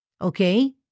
Okay